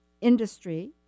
industry